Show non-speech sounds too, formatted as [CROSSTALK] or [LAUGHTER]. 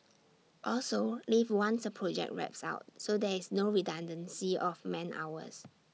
[NOISE] also leave once A project wraps up so there is no redundancy of man hours